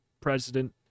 president